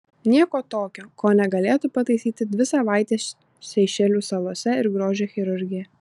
nieko tokio ko negalėtų pataisyti dvi savaitės seišelių salose ir grožio chirurgija